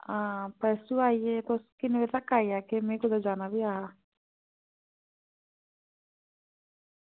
परसों आई जायो किन्ने बजे तक्क में परसों जाना बी ऐहा